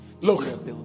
Look